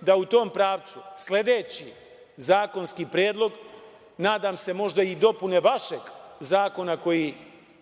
da u tom pravcu sledeći zakonski predlog, nadam se, možda i dopune vašeg zakona